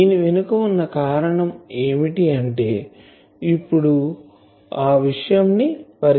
దీని వెనుక వున్న కారణం ఏమిటి అంటే అప్పుడు ఈ విషయం ని పరిచయం చేయలేదు